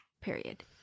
period